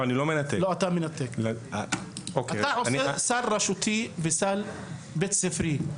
אתה עושה סל רשותי וסל בית ספרי.